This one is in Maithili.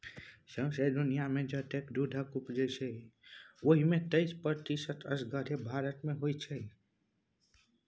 सौंसे दुनियाँमे जतेक दुधक उपजै छै ओहि मे तैइस प्रतिशत असगरे भारत मे होइ छै